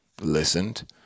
listened